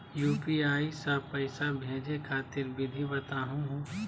UPI स पैसा भेजै खातिर विधि बताहु हो?